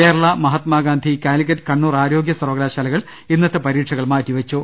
കേര ള മഹാത്മാഗാന്ധി കാലിക്കറ്റ് കണ്ണൂർ ആരോഗ്യ സർവകലാശാലകൾ ഇന്നത്തെ പരീക്ഷകൾ മാറ്റിവെച്ചു